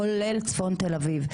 כולל צפון תל אביב,